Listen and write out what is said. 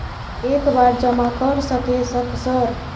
एक बार जमा कर सके सक सर?